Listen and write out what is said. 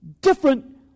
different